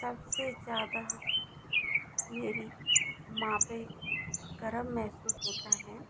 सबसे ज़्यादा मेरी माँ पे गर्व महसूस होता है